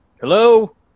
Hello